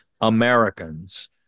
Americans